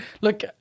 look